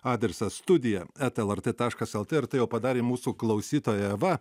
adresas studija eta lrt taškas lt ir tai jau padarė mūsų klausytoja eva